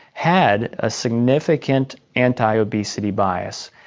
had a significant anti-obesity bias.